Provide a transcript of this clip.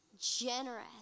generous